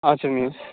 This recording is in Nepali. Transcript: हजुर मिस